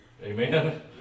Amen